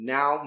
Now